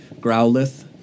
Growlith